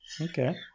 Okay